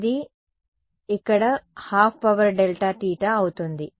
ఇక్కడ ఇది half power delta theta అవుతుంది